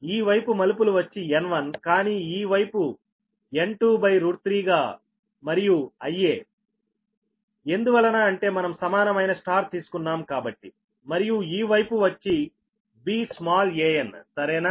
ఈ వైపు మలుపులు వచ్చి N1కానీ ఈ వైపు N23 మరియు Ia ఎందువలన అంటే మనం సమానమైన Y తీసుకున్నాo కాబట్టి మరియు ఈ వైపు వచ్చి V స్మాల్ 'an' సరేనా